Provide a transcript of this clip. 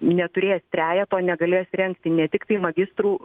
neturės trejeto negalės rengti ne tiktai magistrų